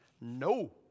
No